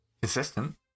Consistent